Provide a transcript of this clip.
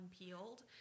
unpeeled